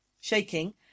Shaking